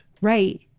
Right